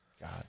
God